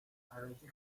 حراجی